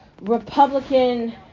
republican